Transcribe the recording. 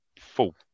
full